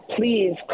Please